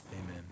Amen